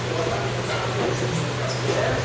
ଛଅଟା ଛଅଟା ଅଧେ ବେଶି ହେଇ ଯାଉଛିରେ